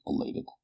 elated